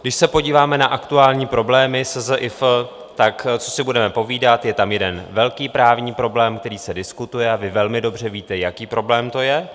Když se podíváme na aktuální problémy SZIF, tak co si budeme povídat, je tam jeden velký právní problém, který se diskutuje, a vy velmi dobře víte, jaký problém to je.